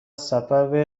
سبب